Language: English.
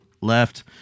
left